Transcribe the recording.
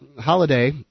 holiday